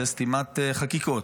זו סתימת חקיקות,